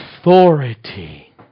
authority